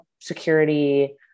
security